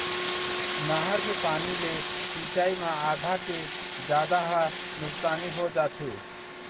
नहर के पानी ले सिंचई म आधा के जादा ह नुकसानी हो जाथे